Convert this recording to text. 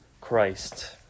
Christ